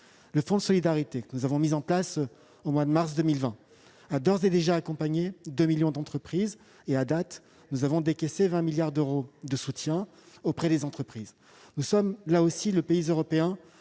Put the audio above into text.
Le fonds de solidarité, que nous avons mis en place au mois de mars 2020, a d'ores et déjà accompagné 2 millions d'entreprises ; jusqu'à présent, nous avons décaissé 20 milliards d'euros de soutien auprès des entreprises. Nous sommes le pays européen